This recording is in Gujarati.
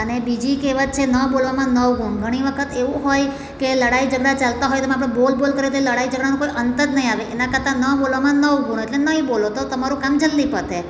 અને બીજી કહેવત છે ન બોલવામાં નવ ગુણ ઘણી વખત એવું હોય કે લડાઈ ઝઘડા ચાલતા હોય તો એમાં આપણે બોલબોલ કરીએ તો એ લડાઈ ઝઘડાનું કોઈ અંત જ નહીં આવે એના કરતાં ન બોલવામાં નવ ગુણ એટલે નહીં બોલો તો તમારું કામ જલ્દી પતે